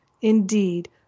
indeed